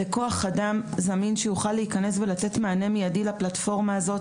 לכוח אדם זמין שיכול להיכנס ולתת מענה מידי לפלטפורמה הזאת.